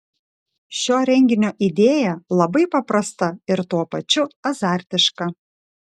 šio renginio idėja labai paprasta ir tuo pačiu azartiška